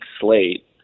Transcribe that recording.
slate